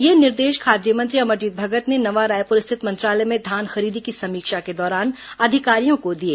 यह निर्देश खाद्य मंत्री अमरजीत भगत ने नवा रायपुर स्थित मंत्रालय में धान खरीदी की समीक्षा के दौरान अधिकारियों को दिए